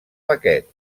paquet